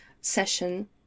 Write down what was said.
session